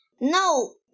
No